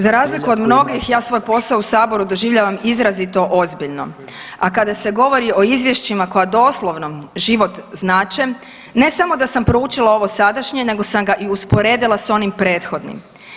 Za razliku od mnogih, ja svoj posao u Saboru doživljavam izrazito ozbiljno a kada se govori o izvješćima koja doslovno život znače, ne samo da sam proučila ovo sadašnje, nego sam ga i usporedila sa onim prethodnim.